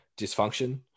dysfunction